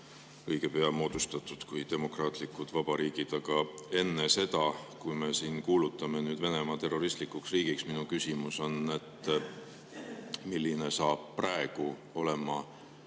õige pea moodustatud kui demokraatlikud vabariigid. Aga enne seda, kui me siin kuulutame Venemaa terroristlikuks riigiks, mu küsimus on, milline hakkab olema